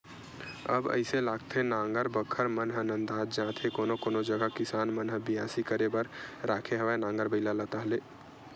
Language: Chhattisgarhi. अब अइसे लागथे नांगर बखर मन ह नंदात जात हे कोनो कोनो जगा किसान मन ह बियासी करे बर राखे हवय नांगर बइला ला ताहले